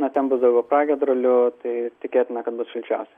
na ten bus daugiau pragiedrulių tai tikėtina kad bus šilčiausia